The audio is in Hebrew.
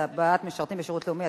61) (הצבעת מתנדבים בשירות לאומי),